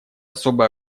особый